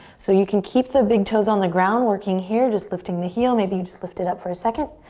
so you can keep the big toes on the ground working here, just lifting the heel. maybe you just lift it up for a second.